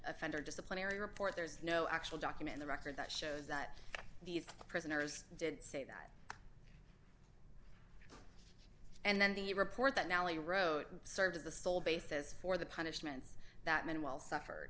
offender disciplinary report there's no actual document the record that shows that these prisoners did say that and then the report that nellie wrote serves as the sole basis for the punishments that men will suffered